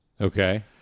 Okay